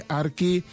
arki